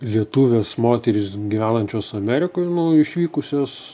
lietuvės moterys gyvenančios amerikoj nu išvykusios